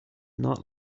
not